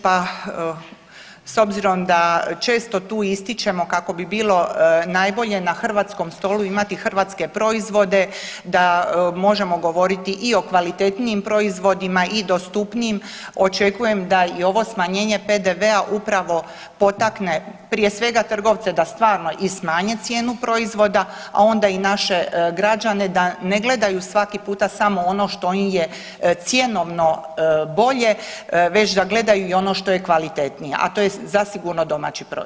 Pa s obzirom da često tu ističemo kako bi bilo najbolje na hrvatskom stolu imate proizvode, da možemo govoriti i o kvalitetnijim proizvodima i dostupnijim, očekujem da i ovo smanjenje PDV-a upravo potakne prije svega trgovce da stvarno i smanje cijenu proizvoda, a onda i naše građane da ne gledaju svaki puta samo ono što im je cjenovno bolje, već da gledaju i ono što je kvalitetnije a to je zasigurno domaći proizvod.